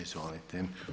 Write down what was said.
Izvolite.